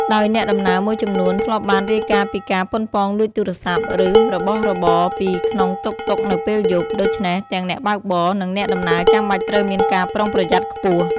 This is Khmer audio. ដោយអ្នកដំណើរមួយចំនួនធ្លាប់បានរាយការណ៍ពីការប៉ុនប៉ងលួចទូរស័ព្ទ ឬរបស់របរពីក្នុងតុកតុកនៅពេលយប់ ដូច្នេះទាំងអ្នកបើកបរ និងអ្នកដំណើរចាំបាច់ត្រូវមានការប្រុងប្រយ័ត្នខ្ពស់។